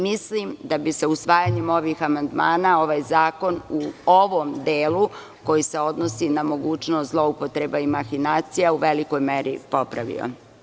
Mislim da bi se usvajanjem ovih amandmana ovaj zakon u ovom delu, koji se odnosi na mogućnost zloupotreba i mahinacija, u velikoj meri popravio.